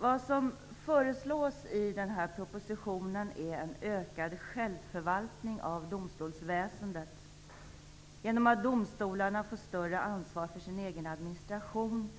Vad som föreslås i propositionen är en ökad självförvaltning av domstolsväsendet genom att domstolarna får större ansvar för sin egen administration